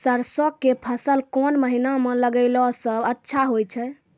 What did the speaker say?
सरसों के फसल कोन महिना म लगैला सऽ अच्छा होय छै?